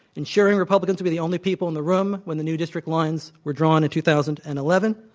ensuring republicans to be the only people in the room when the new district lines were drawn in two thousand and eleven.